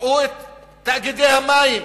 ראו את תאגידי המים,